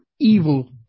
evil